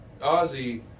Ozzy